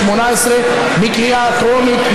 התשע"ח 2018, בקריאה טרומית.